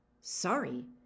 Sorry